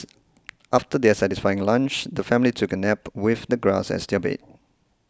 after their satisfying lunch the family took a nap with the grass as their bed